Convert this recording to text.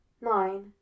Nine